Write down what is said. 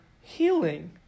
healing